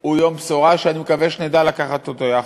הוא יום בשורה שאני מקווה שנדע לקחת אותו יחד.